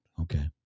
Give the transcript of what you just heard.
Okay